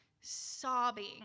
sobbing